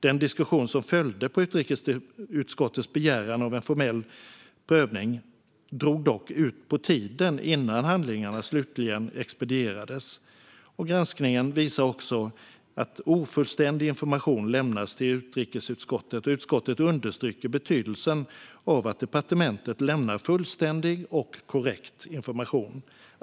Den diskussion som följde på utrikesutskottets begäran av en formell prövning drog dock ut på tiden innan handlingarna slutligen expedierades. Granskningen visar också att ofullständig information lämnades till utrikesutskottet, och utskottet understryker betydelsen av att departementet lämnar fullständig och korrekt information.